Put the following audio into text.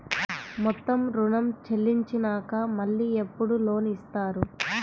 మొత్తం ఋణం చెల్లించినాక మళ్ళీ ఎప్పుడు లోన్ ఇస్తారు?